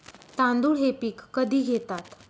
तांदूळ हे पीक कधी घेतात?